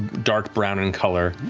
dark brown in color,